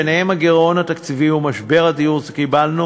ובהם הגירעון התקציבי ומשבר הדיור שקיבלנו,